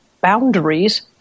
boundaries